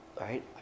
right